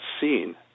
seen